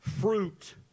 fruit